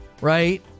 right